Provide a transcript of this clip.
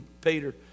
Peter